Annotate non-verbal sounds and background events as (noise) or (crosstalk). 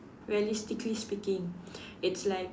realistically speaking (breath) it's like